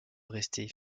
rester